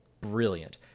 brilliant